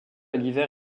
l’hiver